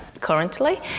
currently